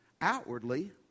outwardly